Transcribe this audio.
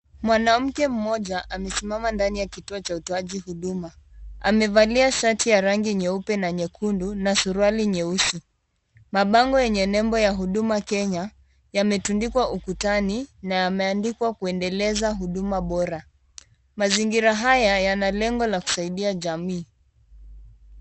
Mwanamke mmoja amesimama ndani ya kituo cha utoaji huduma. Amevalia shati ya rangi nyeupe na nyekundu na suruali nyeusi. Mabango yenye nembo ya Huduma Kenya yametundikwa ukutani na yameandikwa kuendeleza huduma bora. Mazingira haya yana lengo la kusaidia jamii.